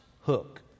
hook